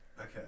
Okay